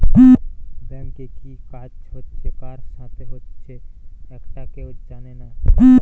ব্যাংকে কি কাজ হচ্ছে কার সাথে হচ্চে একটা কেউ জানে না